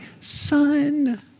son